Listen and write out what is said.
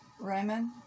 Raymond